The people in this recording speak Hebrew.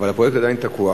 אבל הפרויקט עדיין תקוע.